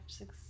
six